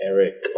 Eric